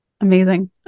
Amazing